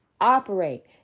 operate